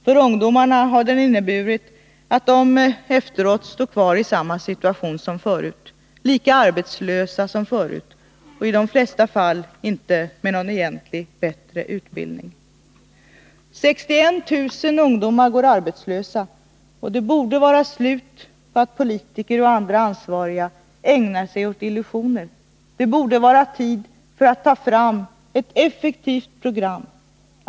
För dem har den inneburit att de efteråt står kvar i samma situation som förut, lika arbetslösa som förut och i de flesta fall inte med någon egentligen bättre utbildning. 61 000 ungdomar går arbetslösa. Då borde det vara slut på att politiker och andra ansvariga ägnar sig åt illusioner. Det borde vara tid att ta fram ett effektivt program.